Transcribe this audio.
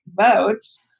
votes